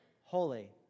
holy